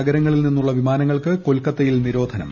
നഗരങ്ങളിൽ നിന്നുള്ള വിമാനങ്ങൾക്ക് കൊൽക്കത്തയിൽ നിരോധനം